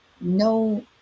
no